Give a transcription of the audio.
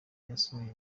yasohoye